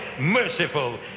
merciful